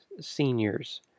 seniors